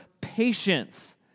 patience